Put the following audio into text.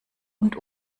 und